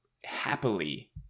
happily